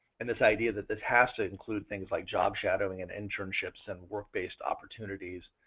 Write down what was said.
and this idea that this has to include things like job shadowing and internships and work based opportunities.